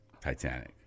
Titanic